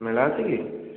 ମେଳା ଅଛି କି